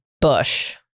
Bush